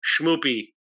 schmoopy